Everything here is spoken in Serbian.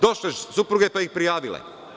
Došle supruge, pa ih prijavile.